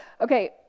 Okay